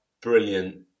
brilliant